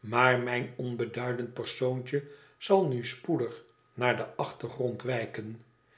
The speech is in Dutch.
maar mijn onbeduidend persoontje zal nu spoedig naar den achtergrond wijken